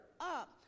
up